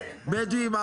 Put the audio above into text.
בדואים,